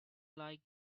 like